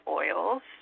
oils